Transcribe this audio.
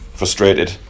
frustrated